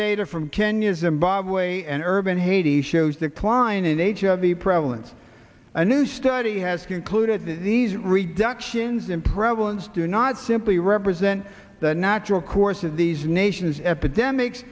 data from kenya zimbabwe and urban haiti shows declining age of the prevalence a new study has concluded these reductions in prevalence do not simply represent the natural course of these nations epidemics